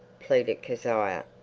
pleaded kezia.